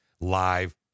Live